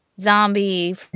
zombie